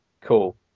Cool